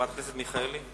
חברת הכנסת מיכאלי,